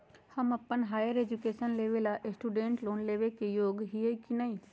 हम अप्पन higher education लेबे ला स्टूडेंट लोन लेबे के योग्य हियै की नय?